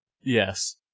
yes